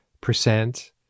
percent